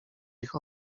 ich